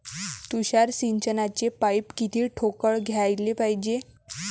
तुषार सिंचनाचे पाइप किती ठोकळ घ्याले पायजे?